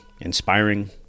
inspiring